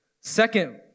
Second